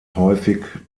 häufig